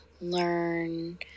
learn